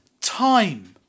time